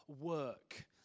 Work